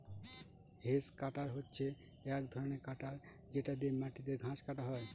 hedge cutter হচ্ছে এক ধরনের কাটার যেটা দিয়ে মাটিতে ঘাস কাটা হয়